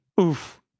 oof